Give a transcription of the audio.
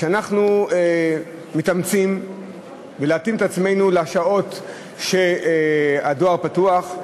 אנחנו מתאמצים להתאים את עצמנו לשעות שהדואר פתוח,